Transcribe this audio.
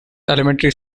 elementary